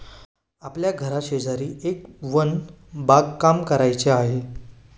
आपल्या घराशेजारी एक वन बागकाम करायचे आहे